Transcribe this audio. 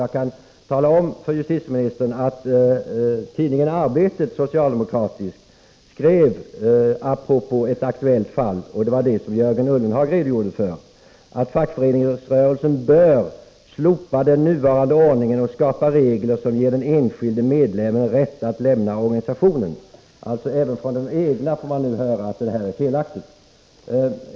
Jag kan tala om för justitieministern att den socialdemokratiska tidningen Arbetet apropå ett aktuellt fall — det var det fall som Jörgen Ullenhag redogjorde för — skrev att fackföreningsrörelsen bör slopa den nuvarande ordningen och skapa regler som ger den enskilde medlemmen rätt att lämna organisationen. Alltså: Även från de egna får man nu höra att det här är felaktigt.